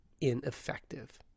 ineffective